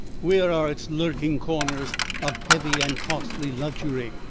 where are its lurking corners of heavy and costly luxury,